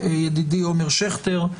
ידידי עומר שכטר,